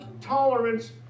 tolerance